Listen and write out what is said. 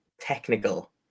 technical